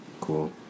cool